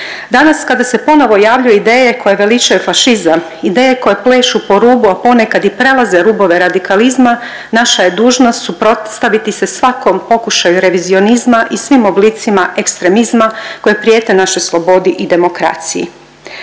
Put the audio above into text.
Danas kada se ponovo javljaju ideje koje veličaju fašizam, ideje koje plešu po rubu, a ponekad i prelaze rubove radikalizma naša je dužnost suprotstaviti se svakom pokušaju revizionima i svim oblicima ekstremizma koje prijete našoj slobodi i demokraciji.